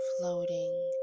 floating